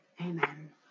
Amen